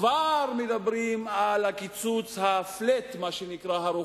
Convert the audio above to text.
כבר מדברים על הקיצוץ הרוחבי,